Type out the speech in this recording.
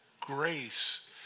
Grace